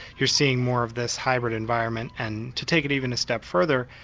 you're seeing more of this hybrid environment and, to take it even a step further,